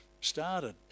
started